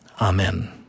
Amen